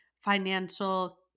financial